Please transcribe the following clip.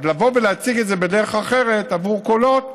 להציג את זה בדרך אחרת עבור קולות,